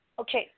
Okay